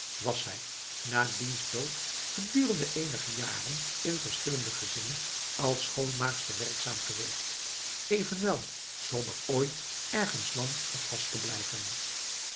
was zij na diens dood gedurende eenige jaren in verschillende gezinnen als schoonmaakster werkzaam geweest evenwel zonder ooit ergens lang of vast te blijven